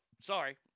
Sorry